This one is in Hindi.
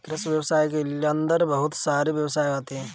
कृषि व्यवसाय के अंदर बहुत सारे व्यवसाय आते है